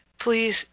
Please